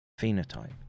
phenotype